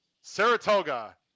Saratoga